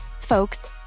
folks